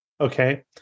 Okay